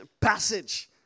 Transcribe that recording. passage